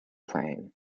plain